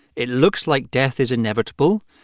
it looks like death is inevitable.